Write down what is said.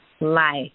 life